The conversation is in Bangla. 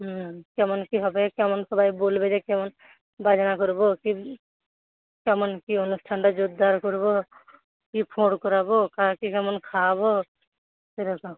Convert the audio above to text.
হুম কেমন কি হবে কেমন সবাই বলবে যে কেমন বাজনা করবো কেমন কি অনুষ্ঠানটা জোরদার করবো কি ঘর করাবো কাকে কেমন কি খাওয়াবো এরকম